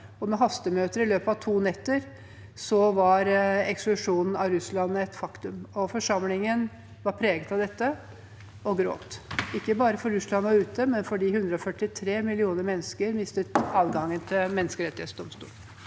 og med hastemøter i løpet av to netter var eksklusjonen av Russland et faktum. Forsamlingen var preget av dette og gråt, ikke bare fordi Russland var ute, men fordi 143 millioner mennesker mistet adgangen til menneskerettsdomstolen.